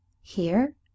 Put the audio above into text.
Here